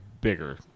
bigger